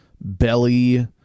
Belly